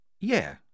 Yeah